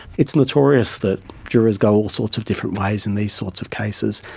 it's notorious that jurors go all sorts of different ways in these sorts of cases.